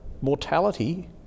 mortality